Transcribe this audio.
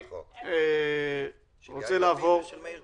הישיבה ננעלה